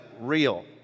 real